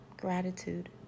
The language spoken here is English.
Gratitude